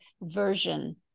version